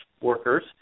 workers